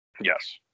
Yes